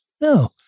No